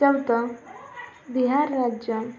चौथं बिहार राज्य